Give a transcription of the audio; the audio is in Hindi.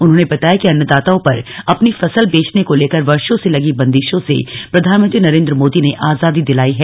उन्होंने बताया कि अन्नदाताओ पर अपनी फसल बेचने को लेकर वर्षो से लगी बंदिशों से प्रधानमंत्री नरेन्द्र मोदी ने आजादी दिलायी है